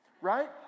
right